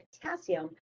potassium